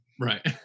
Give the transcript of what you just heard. right